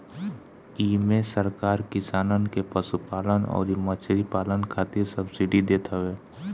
इमे सरकार किसानन के पशुपालन अउरी मछरी पालन खातिर सब्सिडी देत हवे